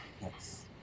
Yes